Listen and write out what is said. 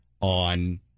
on